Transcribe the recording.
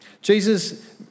Jesus